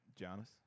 Giannis